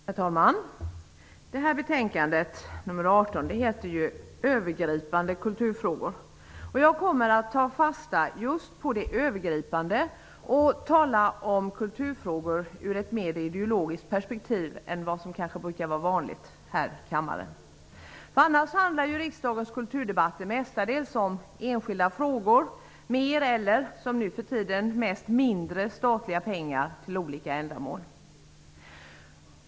Herr talman! Det här betänkandet, nr 18, heter Övergripande kulturfrågor. Jag kommer att ta fasta på just det övergripande och tala om kulturfrågor från ett mer ideologiskt perspektiv än vad som kanske är vanligt här i kammaren. Annars handlar ju riksdagens kulturdebatter mestadels om enskilda frågor -- om mer eller, som det nu för tiden mest är fråga om, mindre statliga pengar till olika ändamål.